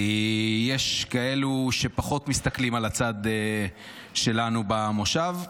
כי יש כאלה שפחות מסתכלים על הצד שלנו במושב.